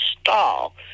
stall